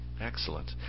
Excellent